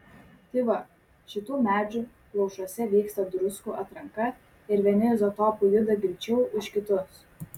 tai va šitų medžių plaušuose vyksta druskų atranka ir vieni izotopai juda greičiau už kitus